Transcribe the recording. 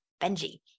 Benji